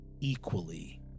equally